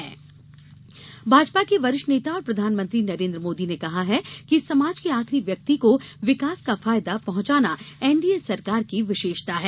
संवाददाता सम्मेलन भाजपा के वरिष्ठ नेता और प्रधानमंत्री नरेंद्र मोदी ने कहा है कि समाज के आखिरी व्यक्ति को विकास का फायदा पहंचाना एनडीए सरकार की विशेषता है